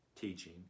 teaching